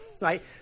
right